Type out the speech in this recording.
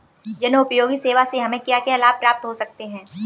जनोपयोगी सेवा से हमें क्या क्या लाभ प्राप्त हो सकते हैं?